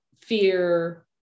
fear